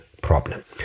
problem